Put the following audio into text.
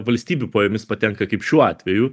valstybių po jomis patenka kaip šiuo atveju